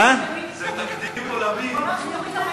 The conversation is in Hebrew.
הוא אמר שהוא תמיד לוחץ ראשון ומקבל אחרון.